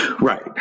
Right